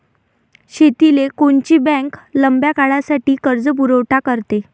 शेतीले कोनची बँक लंब्या काळासाठी कर्जपुरवठा करते?